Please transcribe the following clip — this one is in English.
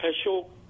special